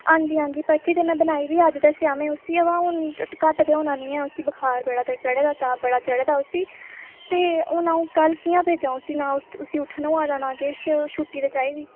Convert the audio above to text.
हां जी हां जी पर्ची ते में बनाई दी अज्ज दस्सेआ में उसी अवा हून घट्ट ते होना नी ऐ उसी बखार बड़े चढ़े दा ताप बडे दा उसी ते हून आ'ऊं कल कि'यां भेजां उसी ना उसी उट्ठन होआ दा नां किश छुट्टी ते चाहिदी